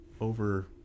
over